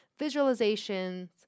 visualizations